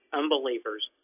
unbelievers